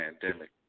pandemic